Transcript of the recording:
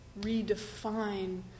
redefine